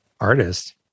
artist